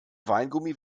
weingummi